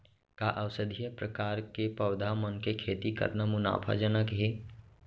का औषधीय प्रकार के पौधा मन के खेती करना मुनाफाजनक हे?